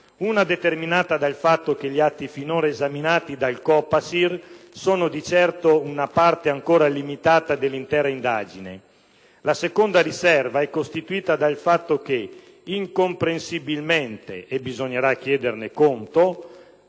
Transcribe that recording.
è determinata dal fatto che gli atti finora esaminati dal COPASIR sono di certo una parte ancora limitata dell'intera indagine; la seconda è costituita dal fatto che incomprensibilmente - e bisognerà chiederne conto